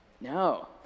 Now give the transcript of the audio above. No